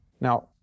Now